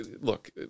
look